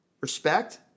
respect